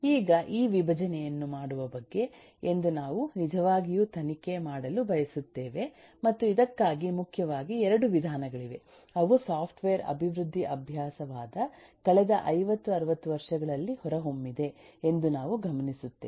ಈಗ ಈ ವಿಭಜನೆಯನ್ನು ಮಾಡುವ ಬಗ್ಗೆ ಎಂದು ನಾವು ನಿಜವಾಗಿಯೂ ತನಿಖೆ ಮಾಡಲು ಬಯಸುತ್ತೇವೆ ಮತ್ತು ಇದಕ್ಕಾಗಿ ಮುಖ್ಯವಾಗಿ 2 ವಿಧಾನಗಳಿವೆ ಅವು ಸಾಫ್ಟ್ವೇರ್ ಅಭಿವೃದ್ಧಿ ಅಭ್ಯಾಸವಾದ ಕಳೆದ 50 60 ವರ್ಷಗಳಲ್ಲಿ ಹೊರಹೊಮ್ಮಿದೆ ಎಂದು ನಾವು ಗಮನಿಸುತ್ತೇವೆ